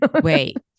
Wait